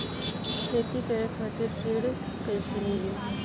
खेती करे खातिर ऋण कइसे मिली?